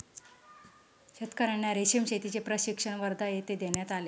शेतकर्यांना रेशीम शेतीचे प्रशिक्षण वर्धा येथे देण्यात आले